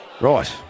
Right